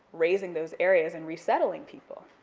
razing those areas and resettling people,